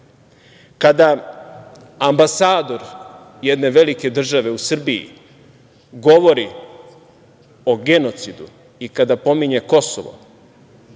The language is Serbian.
ambasador jedne velike države u Srbiji govori o genocidu i kada pominje Kosovo